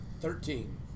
Thirteen